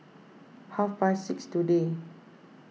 half past six today